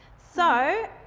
so,